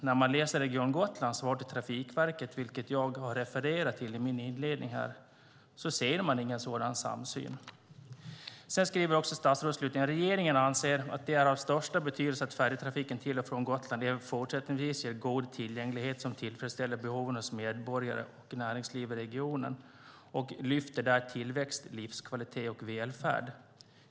När man läser Region Gotlands svar till Trafikverket, vilket jag har refererat till i min inledning här, ser man ingen sådan samsyn. Slutligen skriver statsrådet: "Regeringen anser att det är av största betydelse att färjetrafiken till och från Gotland även fortsättningsvis ger god tillgänglighet som tillfredsställer behoven hos medborgare och näringsliv i regionen." Där lyfter statsrådet fram tillväxt, livskvalitet och välfärd.